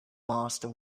master